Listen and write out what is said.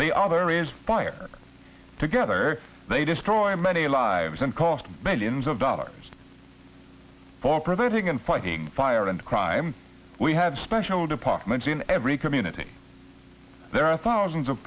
they are there is fire together they destroy many lives and cost millions of dollars for preventing and fighting fire and crime we had special departments in every community there are thousands of